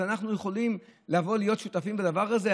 אז אנחנו יכולים לבוא ולהיות שותפים בדבר הזה?